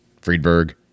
Friedberg